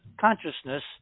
consciousness